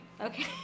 Okay